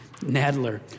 Nadler